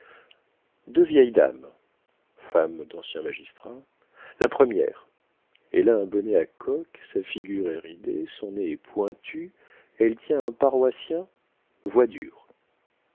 deux vieilles dames femmes d'anciens magistrats la première elle a un bonnet à coques sa figure est ridée son nez est pointu elle tient un paroissien voix dure